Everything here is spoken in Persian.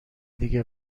دیگه